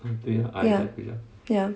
ya ya